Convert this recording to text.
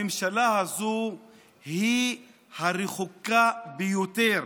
הממשלה הזאת היא הרחוקה ביותר